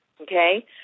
okay